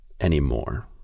anymore